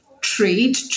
Trade